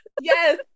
Yes